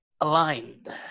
aligned